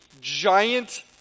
giant